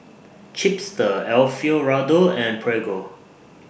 Chipster Alfio Raldo and Prego